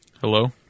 Hello